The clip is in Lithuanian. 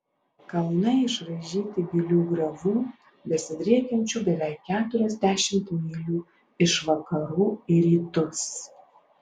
kalnai išraižyti gilių griovų besidriekiančių beveik keturiasdešimt mylių iš vakarų į rytus